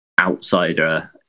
outsider